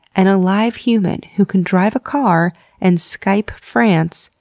an alive human, who can drive a car and skype france,